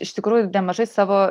iš tikrųjų nemažai savo